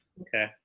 Okay